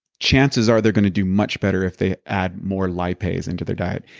chances are they're gonna do much better if they add more lipase into their diet,